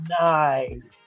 nice